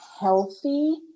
healthy